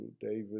David